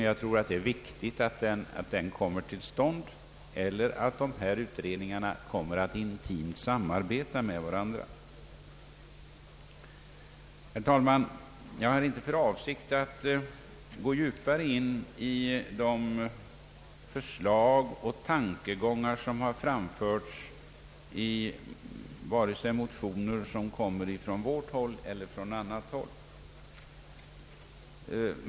Det är enligt min mening viktigt att denna specialutredning kommer till stånd och att dessa utredningar intimt samarbetar med varandra. Jag har, herr talman, i övrigt inte för avsikt att gå djupare in på de förslag och tankegångar som har framförts i motioner från vårt eller annat håll.